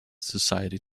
society